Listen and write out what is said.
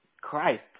Christ